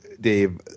Dave